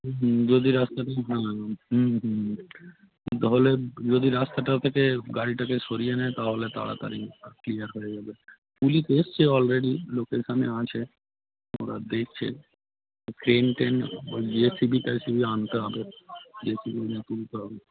হুম যদি রাস্তা দিয়ে হ্যাঁ হুম হুম তাহলে যদি রাস্তাটা থেকে গাড়িটাকে সরিয়ে নেয় তাহলে তাড়াতাড়ি ক্লিয়ার হয়ে যাবে পুলিশ এসছে অলরেডি লোকেশানে আছে ওরা দেখছে ক্রেন টেন ওই জে সি বি টেসিবি আনতে হবে সি বি এনে তুলতে হবে